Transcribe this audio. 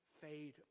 fade